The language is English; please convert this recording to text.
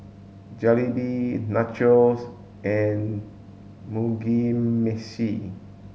Jalebi Nachos and Mugi Meshi